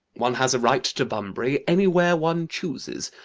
one has a right to bunbury anywhere one chooses.